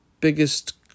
biggest